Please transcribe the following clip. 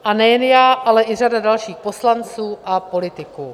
A nejen já, ale i řada dalších poslanců a politiků.